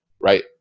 right